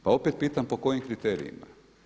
Pa opet pitam po kojim kriterijima?